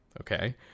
okay